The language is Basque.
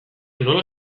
nola